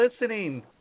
listening